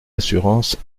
assurance